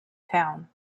town